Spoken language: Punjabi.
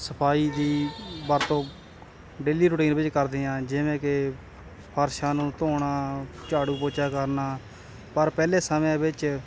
ਸਫਾਈ ਦੀ ਵਰਤੋਂ ਡੇਲੀ ਰੂਟੀਨ ਵਿੱਚ ਕਰਦੇ ਹਾਂ ਜਿਵੇਂ ਕਿ ਫਰਸ਼ਾਂ ਨੂੰ ਧੋਣਾ ਝਾੜੂ ਪੋਚਾ ਕਰਨਾ ਪਰ ਪਹਿਲੇ ਸਮਿਆਂ ਵਿੱਚ